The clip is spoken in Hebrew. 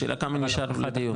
השאלה כמה נשאר לדיור.